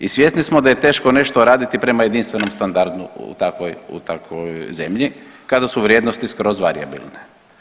I svjesni smo da je teško nešto raditi prema jedinstvenom standardu u takvoj zemlji kada su vrijednosti skroz varijabilne.